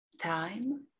time